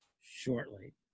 shortly